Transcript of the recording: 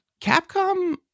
Capcom